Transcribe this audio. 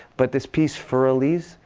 but this piece, fur elise,